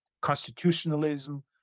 constitutionalism